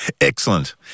Excellent